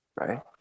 Right